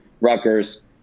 Rutgers